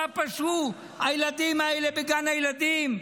מה פשעו הילדים האלה בגן הילדים,